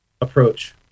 approach